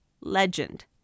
Legend